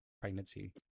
pregnancy